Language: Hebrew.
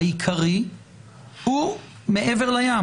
העיקרי הוא מעבר לים.